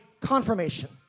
confirmation